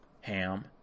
Ham